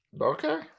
Okay